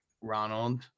Ronald